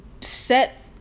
set